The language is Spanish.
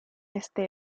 este